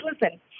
listen